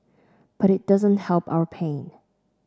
but it doesn't help our pain